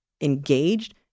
engaged